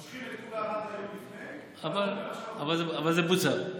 מושכים את כולם עד יום לפני, חבל, אבל זה בוצע.